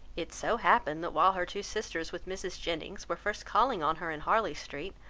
it so happened that while her two sisters with mrs. jennings were first calling on her in harley street,